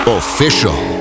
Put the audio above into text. official